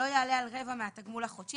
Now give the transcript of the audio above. לא יעלה על רבע מהתגמול החודשי,